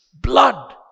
Blood